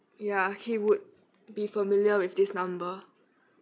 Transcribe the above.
ya he would be familiar with this number